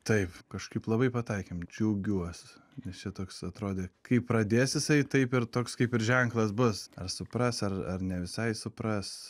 taip kažkaip labai pataikėm džiaugiuos nes čia toks atrodė kai pradės jisai taip ir toks kaip ir ženklas bus ar supras ar ar ne visai supras